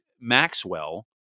Maxwell